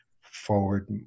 forward